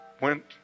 went